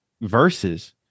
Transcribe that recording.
verses